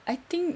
I think